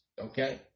okay